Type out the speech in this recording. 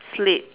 slate